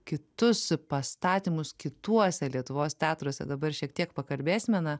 kitus pastatymus kituose lietuvos teatruose dabar šiek tiek pakalbėsime na